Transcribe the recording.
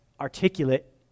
articulate